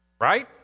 right